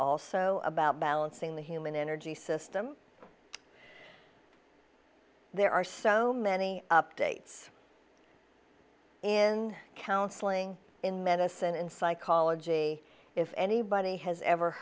also about balancing the human energy system there are so many updates in counseling in medicine in psychology if anybody has ever